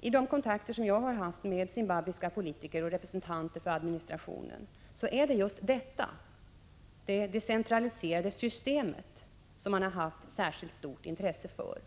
I mina kontakter med zimbabwiska politiker och representanter för administrationen har jag kunnat konstatera att det är just våra erfarenheter av det decentraliserade systemet som man haft stort intresse för.